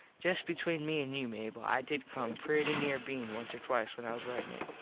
just between me an you mable i did come pretty near being once or twice when i was ritin it.